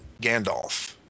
Gandalf